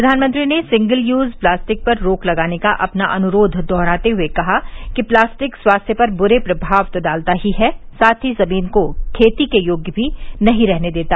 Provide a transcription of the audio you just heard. प्रधानमंत्री ने single use plastic पर रोक लगाने का अपना अनुरोध दोहराते हुए कहा कि प्लास्टिक स्वास्थ्य पर बुरे प्रभाव तो डालता ही है साथ ही जमीन को भी खेती र्के लायक नहीं रहने देता